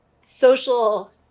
social